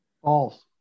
False